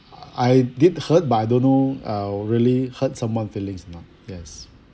I did hurt but I don't know uh really hurt someone's feelings or not yes